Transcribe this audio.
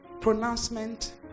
pronouncement